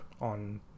on